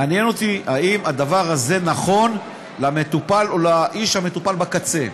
מעניין אותי אם הדבר הזה נכון למטופל או לאיש המטופל בקצה.